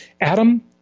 Adam